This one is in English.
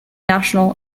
national